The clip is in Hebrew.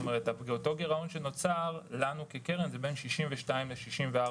כלומר אותו גירעון שנוצר לנו כקרן הוא בין 62 ל-64,